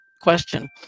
question